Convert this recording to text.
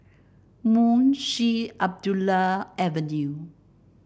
Munshi Abdullah Avenue